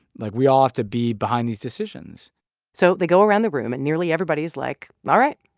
like, we all have to be behind these decisions so they go around the room, and nearly everybody is like, all right,